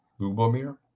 Lubomir